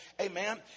Amen